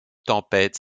tempête